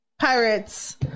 pirates